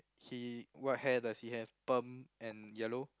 he what hair does he have perm and yellow